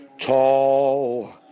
Tall